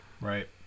Right